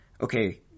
okay